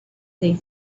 they